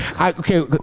Okay